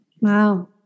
Wow